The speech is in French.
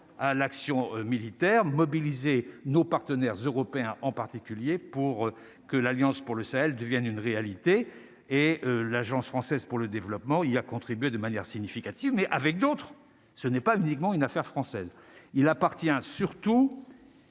à l'action militaire, mobiliser nos partenaires euro-. En particulier pour que l'Alliance pour le Sahel devienne une réalité, et l'Agence française pour le développement, il y a contribué de manière significative, mais avec d'autres, ce n'est pas uniquement une affaire française il appartient surtout